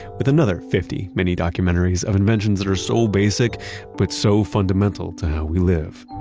with another fifty mini-documentaries of inventions that are so basic but so fundamental to how we live.